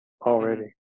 already